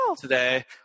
today